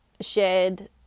shared